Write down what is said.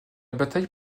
bataille